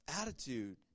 Attitude